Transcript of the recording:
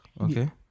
Okay